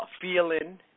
feeling